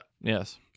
Yes